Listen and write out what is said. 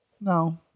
no